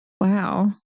wow